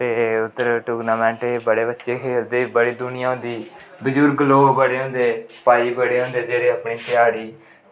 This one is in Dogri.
ते उद्धर टूर्नामैंट च बड़े बच्चे खेलदे बड़ी दुनियां होंदी बजुर्ग लोक बड़े होंदे ते भाई बड़े होंदे जेह्ड़े अपनी ध्याड़ी